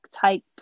type